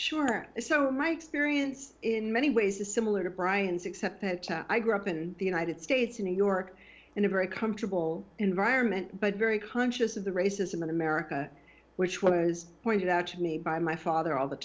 sure so my experience in many ways is similar to brian's except that i grew up in the united states new york in a very comfortable environment but very conscious of the racism in america which was pointed out to me by my father all the